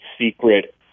secret